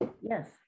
yes